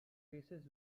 faces